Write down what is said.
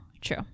True